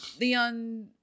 Leon